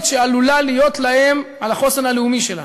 שעלולה להיות להם על החוסן הלאומי שלנו,